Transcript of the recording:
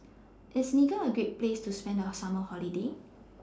IS Niger A Great Place to spend The Summer Holiday